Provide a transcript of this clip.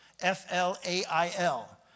F-L-A-I-L